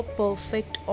perfect